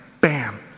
bam